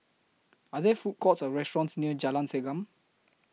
Are There Food Courts Or restaurants near Jalan Segam